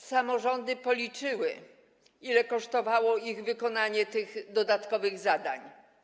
Samorządy policzyły, ile kosztowało wykonanie tych dodatkowych zadań.